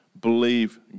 believe